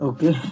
Okay